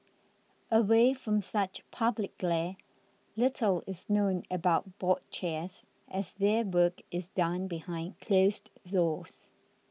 away from such public glare little is known about board chairs as their work is done behind closed doors